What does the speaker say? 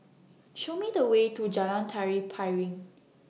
Show Me The Way to Jalan Tari Piring